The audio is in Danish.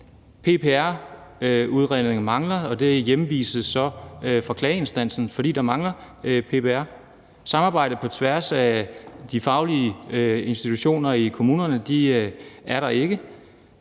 PPR-udredninger mangler, og sager hjemvises så fra klageinstansen, fordi der mangler PPR; der er ikke samarbejde på tværs af de faglige institutioner i kommunerne; der er